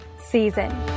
season